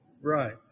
Right